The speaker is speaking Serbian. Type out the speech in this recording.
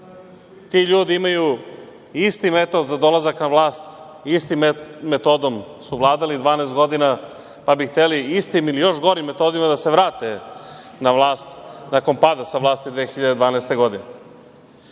ti ljudi imaju isti metod za dolazak na vlast. Istom metodom su vladali 12 godina, pa bi hteli istim ili još gorim metodima da se vrate na vlast nakon pada sa vlasti 2012. godine. Jedva